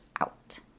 out